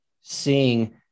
seeing